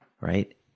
right